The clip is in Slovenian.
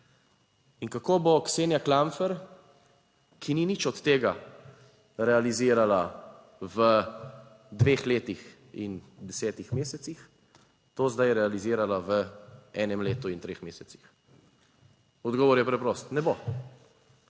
In kako bo Ksenija Klampfer, ki ni nič od tega realizirala v dveh letih in desetih mesecih, to zdaj realizirala v enem letu in treh mesecih? Odgovor je preprost: "Ne bo".